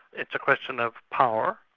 it's a question of power